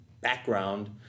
background